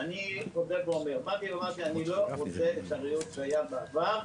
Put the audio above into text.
אני חוזר ואומר: באתי ואמרתי שאני לא רוצה את הריהוט שהיה בעבר,